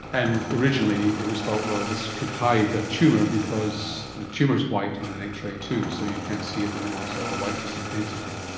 and originally it was thought, well, this could hide a tumour because the tumour is white on an x-ray too, so you can't see it in amongst all the whiteness of the density.